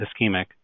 ischemic